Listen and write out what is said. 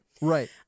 Right